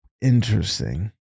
Interesting